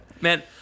Man